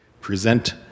present